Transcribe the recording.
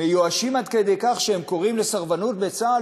מיואשים עד כדי כך שהם קוראים לסרבנות בצה"ל,